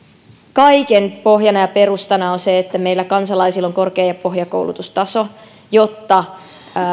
kaiken pohjana ja perustana on se että meillä kansalaisilla on korkea pohjakoulutustaso jotta